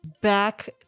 Back